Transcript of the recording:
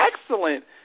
excellent